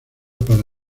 para